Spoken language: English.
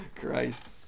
Christ